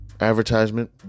advertisement